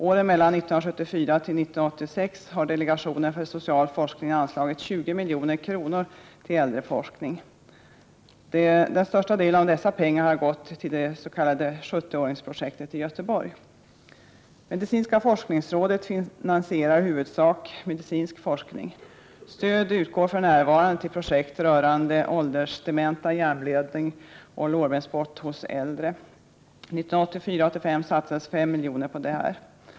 Åren 1974—1986 har delegationen för social forskning anslagit 20 milj.kr. till äldreforskning. Den största delen av dessa pengar har gått till det s.k. 70—-åringsprojektet i Göteborg. Medicinska forskningsrådet finansierar i huvudsak medicinsk forskning. Stöd utgår för närvarande till projekt rörande åldersdemens, hjärnblödning och lårbensbrott hos äldre. 1984/85 satsades 5 miljoner på detta.